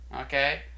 okay